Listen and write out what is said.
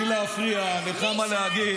היא הכול אומרת: לי, להפריע, לך, מה להגיד.